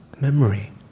memory